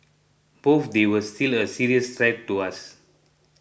but they were still a serious threat to us